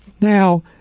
now